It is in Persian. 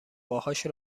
باهاش